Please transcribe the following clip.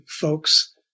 folks